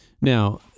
Now